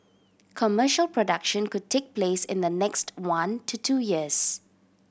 commercial production could take place in the next one to two years